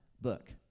book